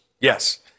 Yes